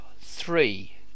three